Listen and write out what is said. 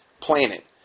planet